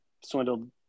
swindled